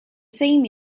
same